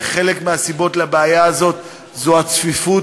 וחלק מהסיבות לבעיה הזאת זה הצפיפות,